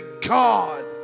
God